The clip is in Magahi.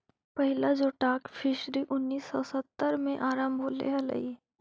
पहिला जोटाक फिशरी उन्नीस सौ सत्तर में आरंभ होले हलइ